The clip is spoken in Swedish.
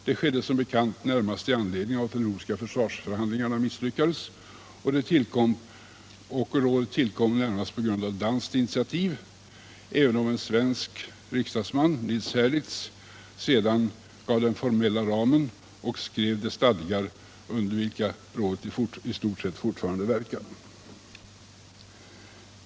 Det skedde som bekant i samband med att de nordiska försvarsförhandlingarna misslyckades, och det var närmast på danskt initiativ — även om en svensk riksdagsman, Nils Herlitz, sedan gav den formella ramen och skrev de stadgar under vilka rådet i stort sett fortfarande verkar.